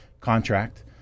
contract